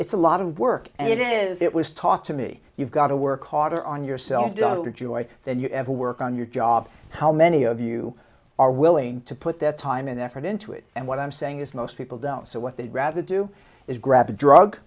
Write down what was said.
it's a lot of work and it is it was taught to me you've got to work harder on yourself dr joy than you ever work on your job how many of you are willing to put that time and effort into it and what i'm saying is most people don't so what they'd rather do is grab a drug